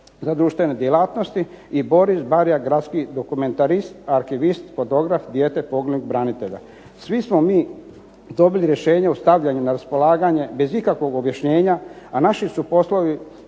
za društvene djelatnosti. I Boris Barja, gradski dokumentarist, arhivist, fotograf, dijete poginulog branitelja. Svi smo mi dobili rješenje o stavljanju na raspolaganje bez ikakvog objašnjenja a naši su poslovi